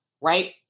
right